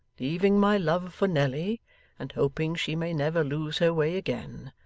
leaving my love for nelly and hoping she may never lose her way again,